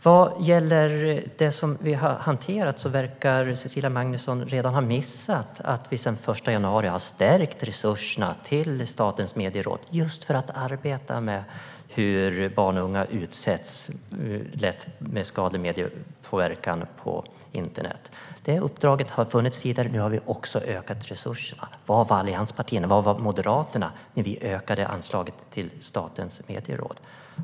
Vad gäller det som vi har hanterat verkar Cecilia Magnusson ha missat att vi sedan den 1 januari har stärkt resurserna till Statens medieråd för att arbeta med hur barn och unga lätt utsätts för skadlig mediepåverkan på internet. Detta uppdrag har funnits tidigare; nu har vi också ökat resurserna. Var fanns allianspartierna när vi ökade anslaget till Statens medieråd? Var fanns Moderaterna?